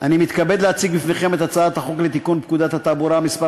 אני מתכבד להציג לפניכם את הצעת חוק לתיקון פקודת התעבורה (מס'